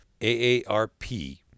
AARP